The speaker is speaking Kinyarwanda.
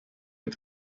red